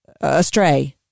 astray